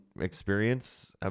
experience